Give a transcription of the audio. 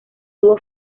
dúo